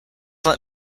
let